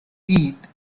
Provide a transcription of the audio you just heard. eat